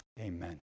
amen